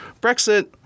Brexit